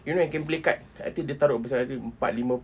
you know yang kain pelikat I think dia taruh masa itu empat lima